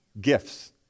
gifts